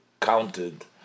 counted